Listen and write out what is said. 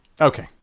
okay